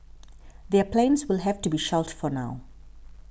their plans will have to be shelved for now